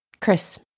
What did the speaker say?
Chris